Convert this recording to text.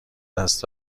دست